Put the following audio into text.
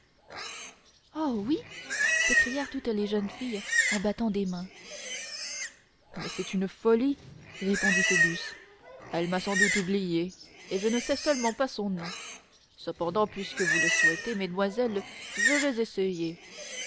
oh oui s'écrièrent toutes les jeunes filles en battant des mains mais c'est une folie répondit phoebus elle m'a sans doute oublié et je ne sais seulement pas son nom cependant puisque vous le souhaitez mesdamoiselles je vais essayer